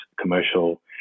commercial